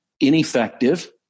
ineffective